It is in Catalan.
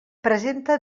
presenta